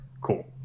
Cool